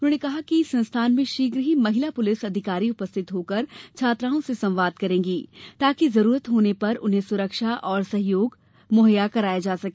उन्होंने कहा कि संस्थान में शीघ्र ही महिला पुलिस अधिकारी उपस्थित होकर छात्राओं से संवाद करेंगे ताकि जरूरत होने पर उन्हें सुरक्षा एवं सहयोग प्राप्त हो सके